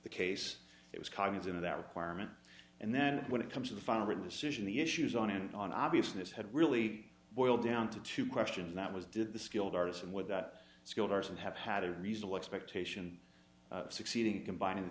the case it was cognizant of that requirement and then when it comes to the final decision the issues on and on obviousness had really boiled down to two questions that was did the skilled artist and would that skilled arson have had a reasonable expectation of succeeding combining the